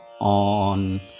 on